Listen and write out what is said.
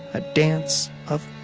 a dance of